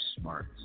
smart